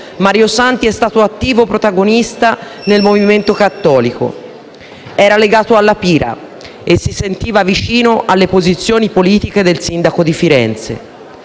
Mario Santi è stato attivo protagonista nel movimento cattolico. Era legato a La Pira e si sentiva vicino alle posizioni politiche del sindaco di Firenze.